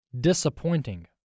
disappointing